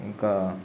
ఇంకా